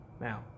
Now